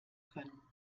können